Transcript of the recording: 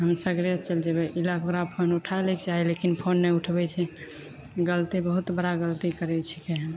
हम सगरेसे चलि जेबै ई लैके ओकरा फोन उठै लैके चाही लेकिन फोन नहि उठबै छै गलती बहुत बड़ा गलती करै छिकै हँ